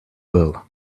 bull